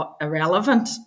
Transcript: irrelevant